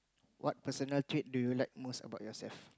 what personal trait do you like most about yourself